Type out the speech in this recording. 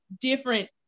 different